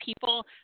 people